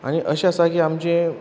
आनी अशें आसा की आमचें